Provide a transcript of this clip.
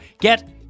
get